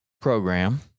program